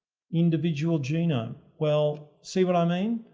individual genome. well, see what i mean?